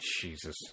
Jesus